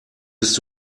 bist